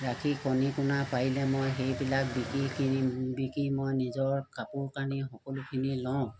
ৰাখি কণী কোণা পাৰিলে মই সেইবিলাক বিকি কিনি বিকি মই নিজৰ কাপোৰ কানি সকলোখিনি লওঁ